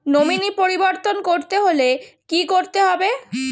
Nominee পরিবর্তন করতে হলে কী করতে হবে?